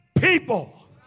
people